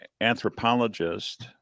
anthropologist